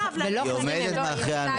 הוא חייב --- היא עומדת מאחורי הנוסח.